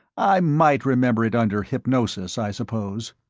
i might remember it under hypnosis, i suppose.